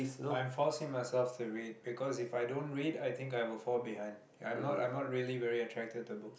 I'm forcing myself to read because If i don't read I think I will fall behind I'm not I'm not really very attracted to books